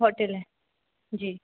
hotel है जी